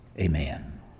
Amen